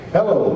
Hello